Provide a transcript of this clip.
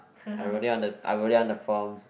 I already on the I already on the phone